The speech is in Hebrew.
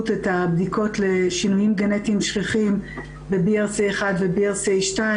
את הבדיקות לשינויים גנטיים שכיחים ב-brca-1 ו-brca-2